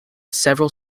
several